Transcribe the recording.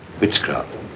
Witchcraft